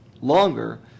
longer